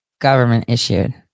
government-issued